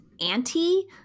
anti